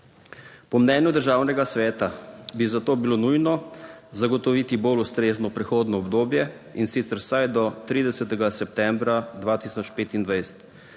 Po mnenju Državnega sveta bi za to bilo nujno zagotoviti bolj ustrezno prehodno obdobje, in sicer vsaj do 30. septembra 2025.